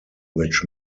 which